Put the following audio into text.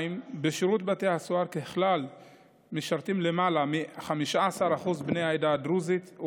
בשירות בתי הסוהר ככלל משרתים למעלה מ-15% בני העדה הדרוזית,